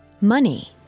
money